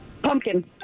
pumpkin